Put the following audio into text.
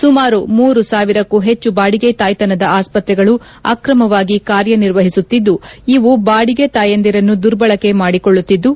ಸುಮಾರು ಮೂರು ಸಾವಿರಕ್ಕೂ ಹೆಚ್ಚು ಬಾಡಿಗೆ ತಾಯ್ತನದ ಆಸ್ಪತ್ರೆಗಳು ಆಕ್ರಮವಾಗಿ ಕಾರ್ಯ ನಿರ್ವಹಿಸುತ್ತಿದ್ದು ಇವು ಬಾಡಿಗೆ ತಾಯಂದಿರನ್ನು ದುರ್ಬಳಕೆ ಮಾಡಿಕೊಳ್ಳುತ್ತಿದ್ದು